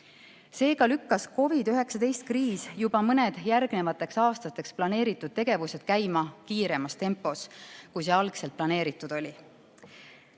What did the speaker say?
Seega lükkas COVID‑19 kriis juba mõned järgnevateks aastateks planeeritud tegevused käima kiiremas tempos, kui algselt planeeritud oli.